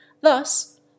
Thus